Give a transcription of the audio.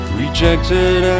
rejected